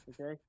okay